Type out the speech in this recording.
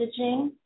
messaging